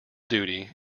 duty